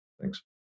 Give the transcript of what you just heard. Thanks